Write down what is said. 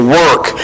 work